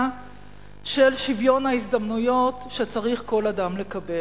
של שוויון ההזדמנויות שצריך כל אדם לקבל.